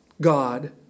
God